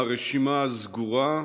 הרשימה סגורה.